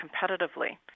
competitively